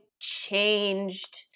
changed